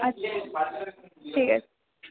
আচ্ছা ঠিক আছে